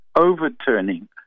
overturning